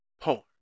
porn